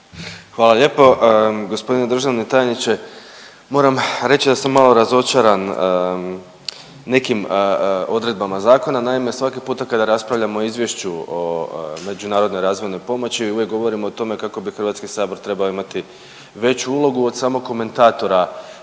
Hvala lijepo. Gospodine državni tajniče moram reći da sam malo razočaran nekim odredbama zakona. Naime, svaki puta kada raspravljamo o izvješću o međunarodnoj razvojnoj pomoći uvijek govorimo o tome kako bi Hrvatski sabor trebao imati veću ulogu od samog komentatora